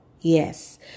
yes